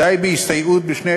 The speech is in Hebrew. די בהסתייעות בשני,